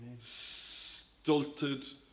Stulted